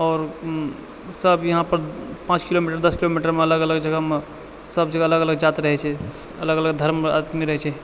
आओर ओ सभ इहाँपर पाँच किलोमीटर दस किलोमीटर मे अलग अलग जगह मे सभ जगह अलग अलग जात रहै छै अलग अलग धर्म मे रहै छै